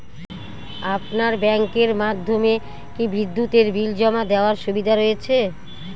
আপনার ব্যাংকের মাধ্যমে কি বিদ্যুতের বিল জমা দেওয়ার সুবিধা রয়েছে?